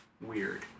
weird